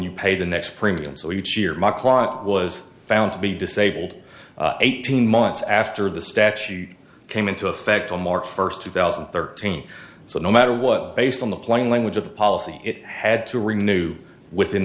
you pay the next premium so each year my client was found to be disabled eighteen months after the statute came into effect on march first two thousand and thirteen so no matter what based on the plain language of the policy it had to renew within